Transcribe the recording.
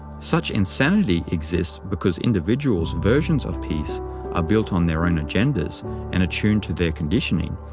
such insanity exists because individuals' versions of peace are built on their own agendas and attuned to their conditioning,